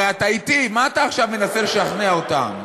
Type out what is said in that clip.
הרי אתה אתי, מה אתה עכשיו מנסה לשכנע אותם?